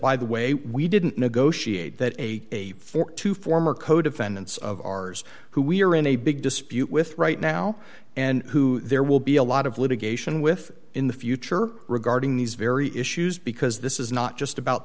by the way we didn't negotiate that a day for two former co defendants of ours who we're in a big dispute with right now and who there will be a lot of litigation with in the future regarding these very issues because this is not just about